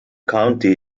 county